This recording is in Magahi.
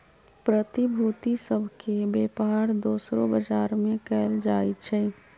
प्रतिभूति सभ के बेपार दोसरो बजार में कएल जाइ छइ